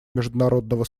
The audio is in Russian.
международного